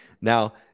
Now